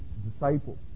disciple